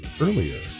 earlier